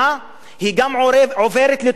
היא עוברת גם לתוך ישראל,